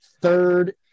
third